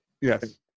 Yes